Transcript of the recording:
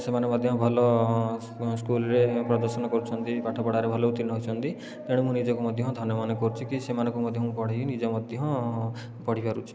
ସେମାନେ ମଧ୍ୟ ଭଲ ସ୍କୁଲରେ ପ୍ରଦର୍ଶନ କରୁଛନ୍ତି ପାଠପଢ଼ାରେ ଭଲ ଉତୀର୍ଣ୍ଣ ହୋଇଛନ୍ତି ତେଣୁ ମୁଁ ନିଜକୁ ମଧ୍ୟ ଧନ୍ୟ ମନେ କରୁଛିକି ସେମାନଙ୍କୁ ମଧ୍ୟ ମୁଁ ପଢ଼େଇ ନିଜେ ମଧ୍ୟ ପଢ଼ିପାରୁଛି